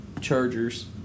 Chargers